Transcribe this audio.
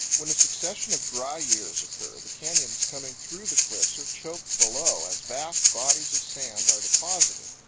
when a succession of dry years occurs the canyons coming through the cliffs are choked below, as vast bodies of sand are deposited.